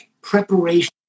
Preparation